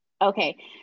okay